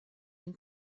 dem